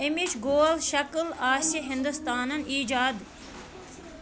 اَمیِچ گول شکٕل آسہِ ہندوستانن ایجاد